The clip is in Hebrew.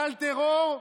גל טרור,